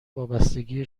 وابستگیه